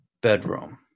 bedroom